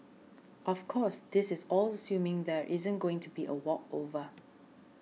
of course this is all assuming there isn't going to be a walkover